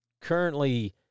currently